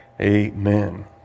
amen